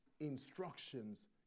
instructions